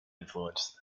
influenced